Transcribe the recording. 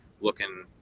looking